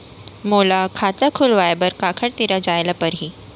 मोला खाता खोलवाय बर काखर तिरा जाय ल परही?